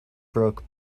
broke